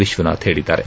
ವಿಶ್ವನಾಥ್ ಹೇಳಿದ್ದಾರೆ